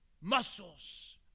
muscles